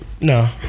No